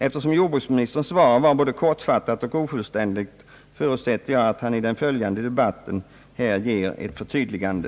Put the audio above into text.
Eftersom jordbruksministerns svar var både kortfattat och ofullständigt förutsätter jag att han i den följande debatten här ger ett förtydligande.